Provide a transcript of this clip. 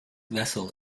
vessel